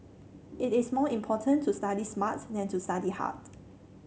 it is more important to study smart than to study hard